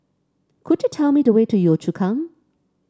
could you tell me the way to Yio Chu Kang